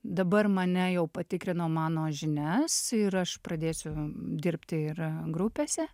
dabar mane jau patikrino mano žinias ir aš pradėsiu dirbti yra grupėse